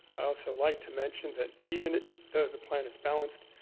so like to mention that even though the plan is balanced,